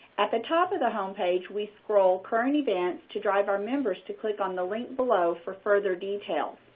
at the top of the homepage, we scroll current events to drive our members to click on the link below for further details.